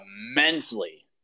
immensely